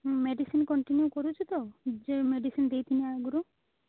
medicine continue କରୁଛୁ ତ ଯେଉଁ ମେଡ଼ିସିନ୍ ଦେଇଥିଲା ଆଗରୁ